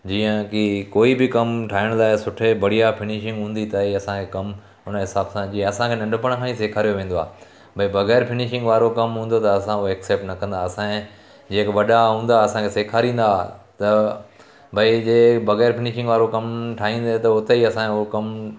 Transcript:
जीअं की कोई बि कमु ठाहिण लाइ सुठे बढ़िया फिनिशिंग हूंदी त ई असांखे कमु हुन हिसाब सां जीअं असांखे नंढपण खां ई सेखारियो वेंदो आहे भई बग़ैर फिनिशिंग वारो कमु हूंदो त असां उहो एक्सेप्ट न कंदा असांजे जेके वॾा हूंदा असांखे सेखारींदा हा त भई जे बग़ैर फिनिशिंग वारो कमु ठाहींदे त उते ई असांखे उहो कमु